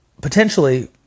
potentially